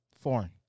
Foreign